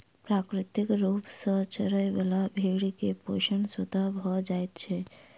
प्राकृतिक रूप सॅ चरय बला भेंड़ के पोषण स्वतः भ जाइत छै